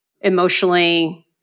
emotionally